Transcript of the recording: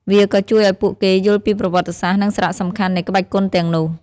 វាក៏ជួយឲ្យពួកគេយល់ពីប្រវត្តិសាស្រ្ត និងសារៈសំខាន់នៃក្បាច់គុនទាំងនោះ។